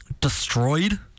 destroyed